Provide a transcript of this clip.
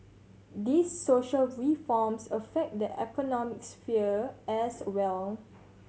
these social reforms affect the economic sphere as well